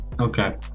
Okay